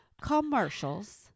commercials